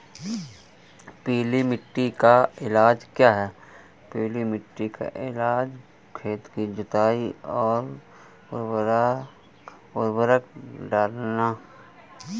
पीली मिट्टी का इलाज क्या है?